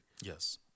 Yes